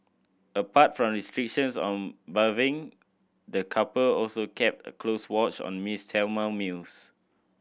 apart from restrictions on bathing the couple also kept a close watch on Miss Thelma's meals